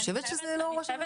אני חושבת שזה לא ראש הממשלה